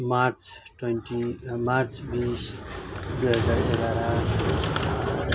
March twenty March बिस दुई हजार एघार